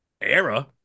era